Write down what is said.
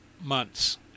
months